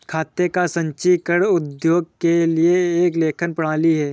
खाते का संचीकरण उद्योगों के लिए एक लेखन प्रणाली है